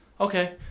okay